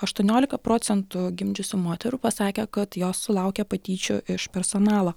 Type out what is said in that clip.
aštuoniolika procentų gimdžiusių moterų pasakė kad jos sulaukė patyčių iš personalo